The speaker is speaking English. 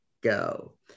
go